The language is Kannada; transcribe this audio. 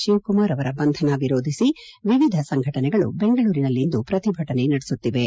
ಶಿವಕುಮಾರ್ ಅವರ ಬಂಧನ ವಿರೋಧಿಸಿ ವಿವಿಧ ಸಂಘಟನೆಗಳು ಬೆಂಗಳೂರಿನಲ್ಲಿಂದು ಪ್ರತಿಭಟನೆ ನಡೆಸುತ್ತಿವೆ